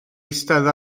eistedd